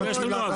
לא, לא.